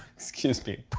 excuse me,